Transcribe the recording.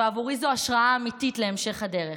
ועבורי זו השראה אמיתית להמשך הדרך,